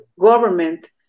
government